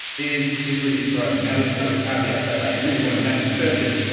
is is really surprising. now, there's a couple of caveats i really want to mention. first is